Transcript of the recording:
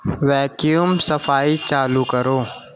vacuum صفائی چالو کرو